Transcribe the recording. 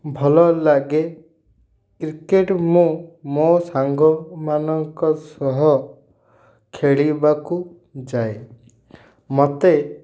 ଭଲ ଲାଗେ କ୍ରିକେଟ୍ ମୁଁ ମୋ ସାଙ୍ଗମାନଙ୍କ ସହ ଖେଳିବାକୁ ଯାଏ ମୋତେ